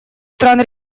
стран